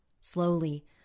Slowly